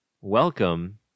welcome